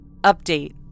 Update